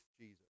Jesus